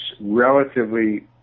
relatively